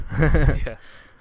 Yes